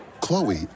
Chloe